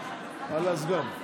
אחת עם הצבעה.